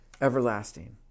everlasting